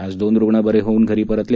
आज दोन रूग्ण बरे होऊन घरी परतले